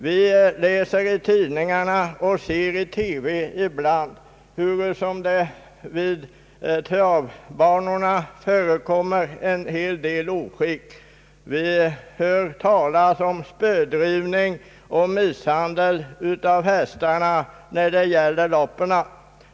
Vi läser i tidningarna och ser i TV ibland att det förekommer en hel del oskick vid travbanorna. Vi hör talas om spödrivning och misshandel av hästarna i loppen.